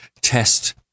test